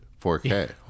4K